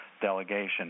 delegation